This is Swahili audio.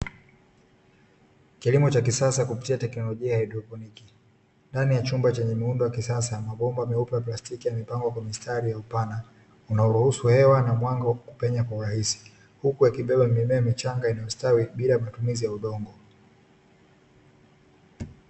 Kilimo cha kisasa kupitia haidroponiki ndani ya chumba chenye muundo wa kisasa, mabomba meupe ya plastiki yamepangwa kwa mstari ya upana unaoruhusu mwanga kupenya kwa urahisi, huku akibeba mimea michanga ikistawi bila matumizi ya udongo.